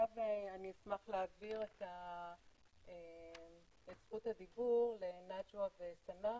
אשמח להעביר את זכות הדיבור לנג'וא וסנא,